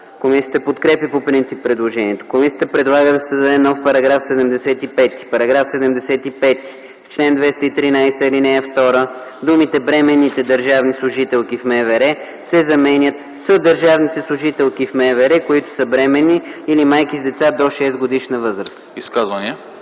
Комисията подкрепя по принцип предложението. Комисията предлага да се създаде нов § 75: „§ 75. В чл. 213, ал. 2 думите „Бременните държавни служителки в МВР” се заменят с „Държавните служителки в МВР, които са бременни или майки с деца до 6-годишна възраст”.”